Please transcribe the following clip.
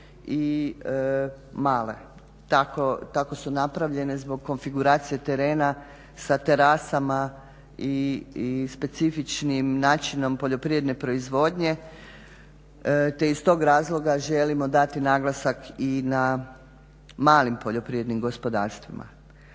male. Tako su napravljene zbog konfiguracije terena sa terasama i specifičnim načinom poljoprivredne proizvodnje te iz tog razloga želimo dati naglasak i na malim poljoprivrednim gospodarstvima.